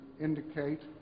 indicate